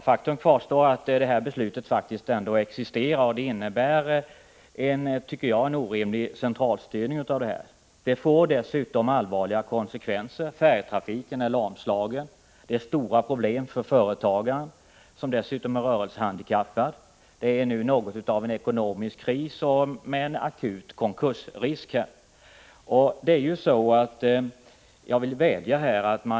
Veckans Affärer publicerade i sitt senaste oktobernummer en lång intervju med bl.a. finansministern. I denna intervju konstaterade finansministern att kommunerna kommer att ”få en fantastisk ekonomi 1986 85 samt förhoppningsvis en låg inflationstakt nästa år. Finansministern framhöll att kommunerna kan reagera på två sätt: 1. Öka utgifterna. 2. Sänka kommunalskatten.